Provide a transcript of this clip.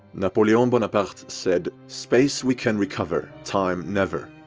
napoleon bonaparte said space we can recover, time never.